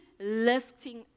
lifting